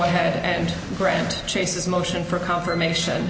ahead and grant chase's motion for confirmation